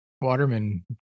Waterman